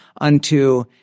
unto